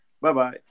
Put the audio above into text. Bye-bye